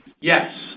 Yes